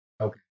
Okay